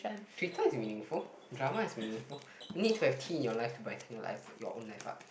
Twitter is meaningful drama is meaningful you need to have T in your life to brighten your life your own life up